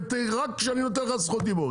ורק כשאני נותן לך זכות דיבור,